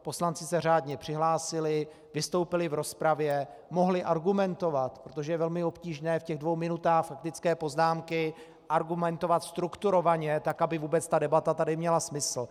Poslanci se řádně přihlásili, vystoupili v rozpravě, mohli argumentovat, protože je velmi obtížné v těch dvou minutách faktické poznámky argumentovat strukturovaně tak, aby vůbec debata tady měla smysl.